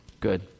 Good